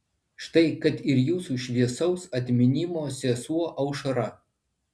štai kad ir jūsų šviesaus atminimo sesuo aušra